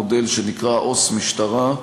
מודל שנקרא "עו"ס משטרה"